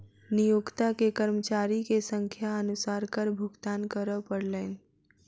नियोक्ता के कर्मचारी के संख्या अनुसार कर भुगतान करअ पड़लैन